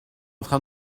train